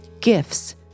gifts